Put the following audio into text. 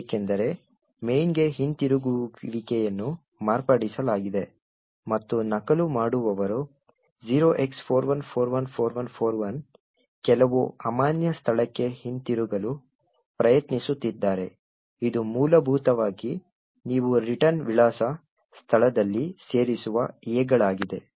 ಏಕೆಂದರೆ main ಗೆ ಹಿಂತಿರುಗುವಿಕೆಯನ್ನು ಮಾರ್ಪಡಿಸಲಾಗಿದೆ ಮತ್ತು ನಕಲು ಮಾಡುವವರು 0x41414141 ಕೆಲವು ಅಮಾನ್ಯ ಸ್ಥಳಕ್ಕೆ ಹಿಂತಿರುಗಲು ಪ್ರಯತ್ನಿಸುತ್ತಿದ್ದಾರೆ ಇದು ಮೂಲಭೂತವಾಗಿ ನೀವು ರಿಟರ್ನ್ ವಿಳಾಸ ಸ್ಥಳದಲ್ಲಿ ಸೇರಿಸಿರುವ A ಗಳಾಗಿದೆ